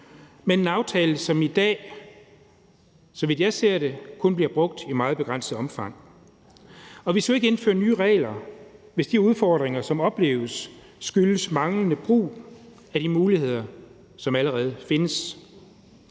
er en aftale, der i dag, så vidt jeg kan se, kun bliver brugt i meget begrænset omfang. Og vi skal ikke indføre nye regler, hvis de udfordringer, som opleves, skyldes manglende brug af de muligheder, som allerede findes.